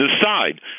decide